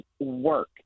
work